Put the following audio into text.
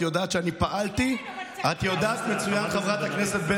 זאת גם אחריות שלו.